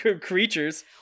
creatures